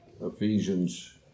Ephesians